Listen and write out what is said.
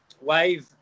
wave